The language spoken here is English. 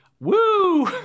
Woo